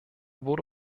wurde